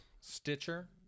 Stitcher